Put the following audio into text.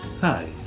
Hi